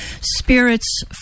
spirits